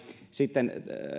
sitten